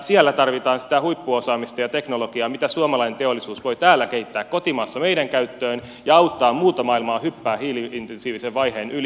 siellä tarvitaan sitä huippuosaamista ja teknologiaa mitä suomalainen teollisuus voi täällä kotimaassa kehittää meidän käyttöömme ja auttaa muuta maailmaa hyppäämään hiili intensiivisen vaiheen yli